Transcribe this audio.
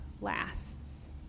lasts